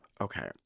Okay